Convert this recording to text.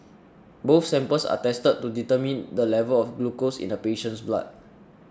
both samples are tested to determine the level of glucose in the patient's blood